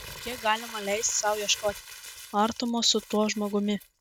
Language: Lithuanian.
kiek galima leisti sau ieškoti artumo su tuo žmogumi